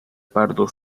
pardo